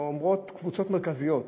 אומרות קבוצות מרכזיות,